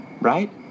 right